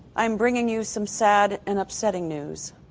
i'm bringing you some sad and upsetting news.